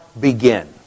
begin